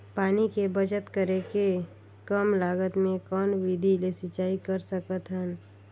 पानी के बचत करेके कम लागत मे कौन विधि ले सिंचाई कर सकत हन?